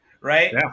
right